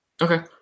Okay